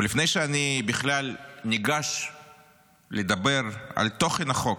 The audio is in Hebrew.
ולפני שאני בכלל ניגש לדבר על תוכן החוק,